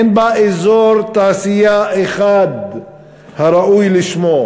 אין בה אזור תעשייה אחד הראוי לשמו,